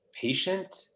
patient